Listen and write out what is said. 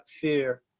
fear